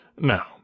Now